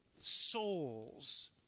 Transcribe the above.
souls